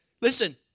Listen